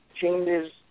changes